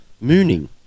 Mooning